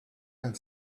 and